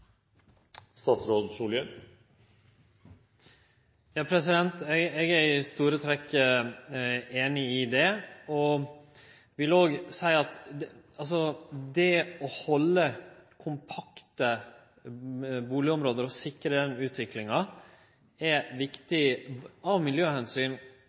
i store trekk einig i det. Eg vil seie at det å halde kompakte bustadområde og sikre den utviklinga, er